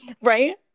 Right